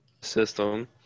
system